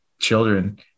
children